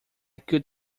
could